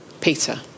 Peter